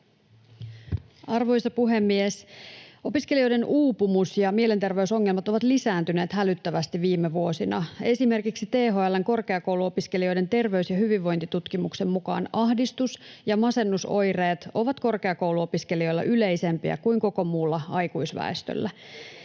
Arvoisa puhemies! Opiskelijoiden uupumus ja mielenter-veysongelmat ovat lisääntyneet hälyttävästi viime vuosina. Esimerkiksi THL:n Korkeakouluopiskelijoiden terveys- ja hyvinvointitutkimuksen mukaan ahdistus- ja masennusoireet ovat korkeakouluopiskelijoilla yleisempiä kuin koko muulla aikuisväestöllä.